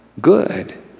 good